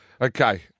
Okay